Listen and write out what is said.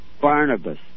Barnabas